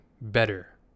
better